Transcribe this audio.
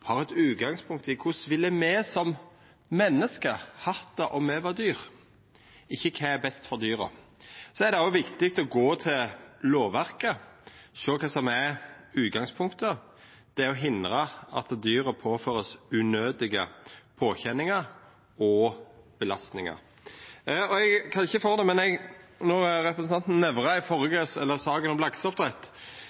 har som utgangspunkt korleis me som menneske ville hatt det om me var dyr, ikkje kva som er best for dyra. Det er òg viktig å gå til lovverket og sjå kva som er utgangspunktet: å hindra at dyr vert påførte unødige påkjenningar og belastningar. Eg kan ikkje for det, men når representanten Nævra i